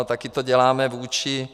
Taky to děláme vůči...